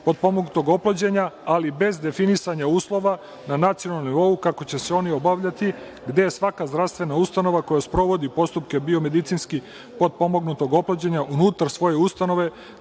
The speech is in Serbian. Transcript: potpomugnutog oplođenja, ali bez definisanja uslova na nacionalnom nivou kako će se oni obavljati, gde je svaka zdravstvena ustanova koja sprovodi postupke biomedicinski potpomognutog oplođenja, unutar svoje ustanove